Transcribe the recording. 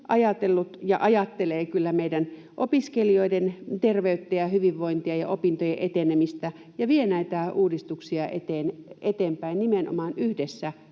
ajatelleet ja ajattelevat kyllä meidän opiskelijoiden terveyttä ja hyvinvointia ja opintojen etenemistä ja vievät näitä uudistuksia eteenpäin nimenomaan yhdessä